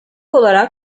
olarak